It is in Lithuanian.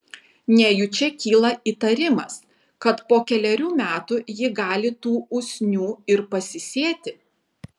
nejučia kyla įtarimas kad po kelerių metų ji gali tų usnių ir pasisėti